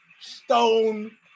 stone